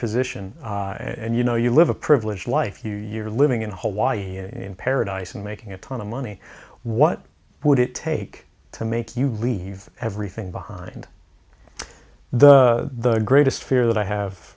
position and you know you live a privileged life you you're living in hawaii in paradise and making a ton of money what would it take to make you leave everything behind the greatest fear that i have